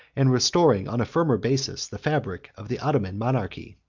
and restoring on a firmer basis the fabric of the ottoman monarchy.